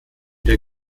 der